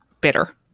bitter